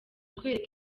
kwereka